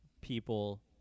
people